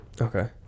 Okay